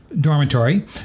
dormitory